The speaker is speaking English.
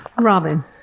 Robin